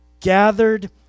gathered